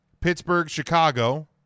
Pittsburgh-Chicago